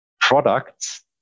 products